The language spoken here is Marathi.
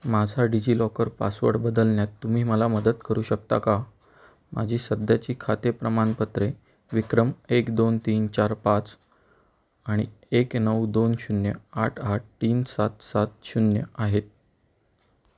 माझा डिजिलॉकर पासवर्ड बदलण्यात तुम्ही मला मदत करू शकता का माझी सध्याची खाते प्रमाणपत्रे विक्रम एक दोन तीन चार पाच आणि एक नऊ दोन शून्य आठ आठ तीन सात सात शून्य आहेत